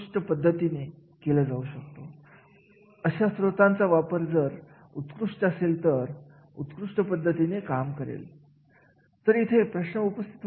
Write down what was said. आणि जर एखादा कार्य खूप महत्त्वाचा असेल तर खूप जबाबदार इच्छा असेल तर आपण व्यवस्थापकीय पातळीचा विचार करता आपल्याला व्यवस्थापकीय जागा एक जबाबदार व्यक्तीने घेणे गरजेचे असते